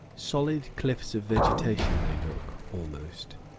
solid cliffs of vegetation they look, almost,